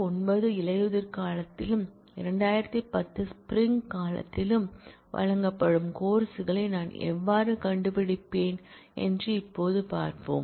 2009 இலையுதிர்காலத்திலும் 2010 ஸ்ப்ரிங் காலத்திலும் வழங்கப்படும் கோர்ஸ் களை நான் எவ்வாறு கண்டுபிடிப்பேன் என்று இப்போது பார்ப்போம்